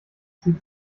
zieht